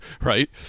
right